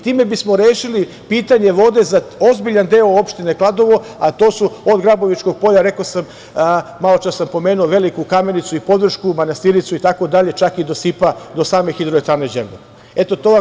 Time bismo rešili pitanje vode za ozbiljan deo opštine Kladovo a to su, od Grabovičkog polja, maločas sam pomenuo Veliku Kamenicu i Podvršku, Manastiricu itd. čak i do Sipa, do same Hidroelektrane Đerdap.